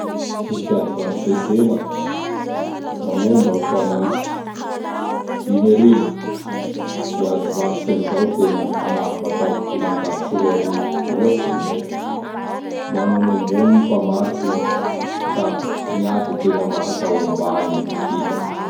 Gny fiady varotsy atsena! Magnomba gny mpamaorotsy: ''dimy arivo!"Miady varotsy amin'izao ategna, aha! Mba ataovy dimanjato sy roarivo! Ohatsy an'izay. Manogno ambony gny mpamarotsy da miady ategna mba hatao ambany gn vidiny.